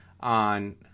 on